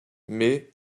mais